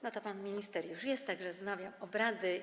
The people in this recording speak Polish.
No to pan minister już jest, tak że wznawiam obrady.